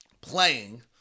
playing